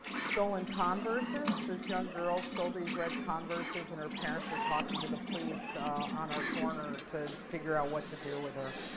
stolen converses. this young girl stole these red converses. and her parents are talking to the police on our corner to figure out what to do with her.